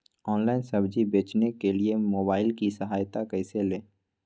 Online सब्जी बेचने के लिए मोबाईल की सहायता कैसे ले?